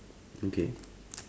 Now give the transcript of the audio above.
okay